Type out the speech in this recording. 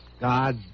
God